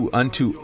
unto